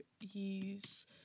use